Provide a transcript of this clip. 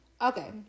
Okay